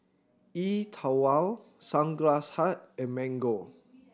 E Twow Sunglass Hut and Mango